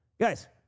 Guys